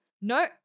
No